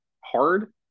hard